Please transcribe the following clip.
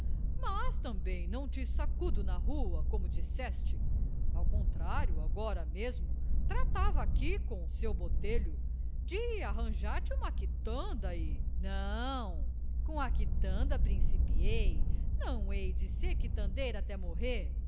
mas também não te sacudo na rua como disseste ao contrário agora mesmo tratava aqui com o seu botelho de arranjar te uma quitanda e não com quitanda principiei não hei de ser quitandeira até morrer